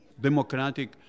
democratic